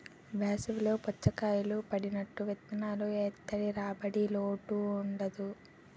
వేసవి లో పుచ్చకాయలు పండినట్టు విత్తనాలు ఏత్తె రాబడికి లోటుండదు